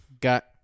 Got